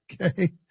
Okay